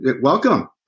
Welcome